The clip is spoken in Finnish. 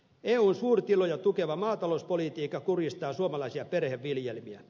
eun suurtiloja tukeva maatalouspolitiikka kurjistaa suomalaisia perheviljelmiä